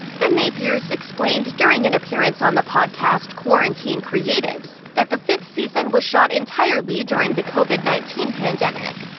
the napiers explained during an appearance on the podcast quarantine creatives that the fifth season was shot entirely during the covid nineteen pandemic.